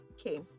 Okay